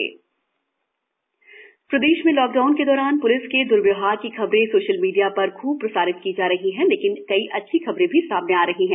police सम्मान प्रदेश में लॉक डाउन के दौरान प्लिस के द्र्वयवहार की खबरें सोशल मीडिया पर खूब प्रसारित की जा रही हैं लेकिन कई अच्छी खबरें भी सामने आ रही हैं